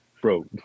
Bro